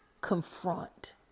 confront